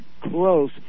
close